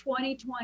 2020